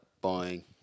buying